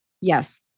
Yes